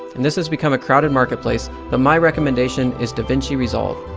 and this has become a crowded marketplace, but my recommendation is davinci resolve.